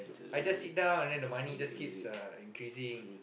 I just sit down and then the money just keeps uh increasing